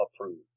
approved